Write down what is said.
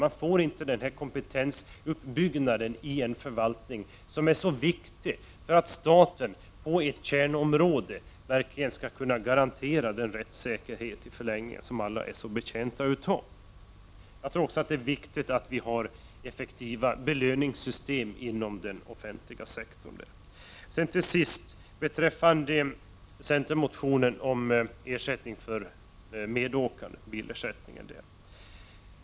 Man får inte den kompetensuppbyggnad i förvaltningen som är så viktig för att staten på ett kärnområde verkligen i förlängningen skall kunna garantera den rättssäkerhet som alla är så betjänta av. Det är enligt min mening också viktigt att vi har effektiva belöningssystem inom den offentliga sektorn. Till sist några ord beträffande centermotionen om ersättning för medåkare, bilersättningen.